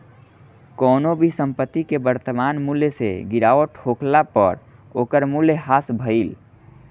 कवनो भी संपत्ति के वर्तमान मूल्य से गिरावट होखला पअ ओकर मूल्य ह्रास भइल